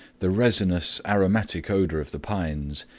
the resinous, aromatic odor of the pines,